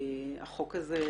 החוק הזה,